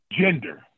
gender